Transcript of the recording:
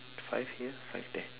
five here five there